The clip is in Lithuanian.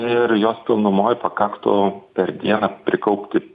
ir jos pilnumoj pakaktų per dieną prikaupti